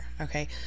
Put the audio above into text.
Okay